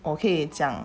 我可以讲